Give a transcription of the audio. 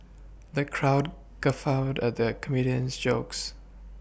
the crowd guffawed at the comedian's jokes